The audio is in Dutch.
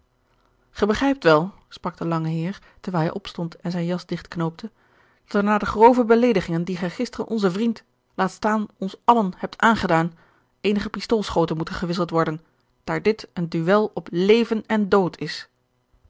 gij begrijpt wel sprak de lange heer terwijl hij opstond en zijn jas digtknoopte dat er na de grove beleedigingen die gij gisteren onzen vriend laat staan ons allen hebt aangedaan eenige pistoolschoten moeten gewisseld worden daar dit een duel op leven en dood is